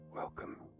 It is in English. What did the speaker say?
Welcome